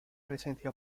presencia